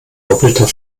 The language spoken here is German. doppelter